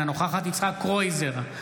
אינה נוכחת יצחק קרויזר,